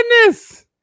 goodness